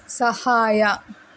ಸಹಾಯ